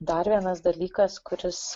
dar vienas dalykas kuris